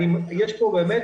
יש פה באמת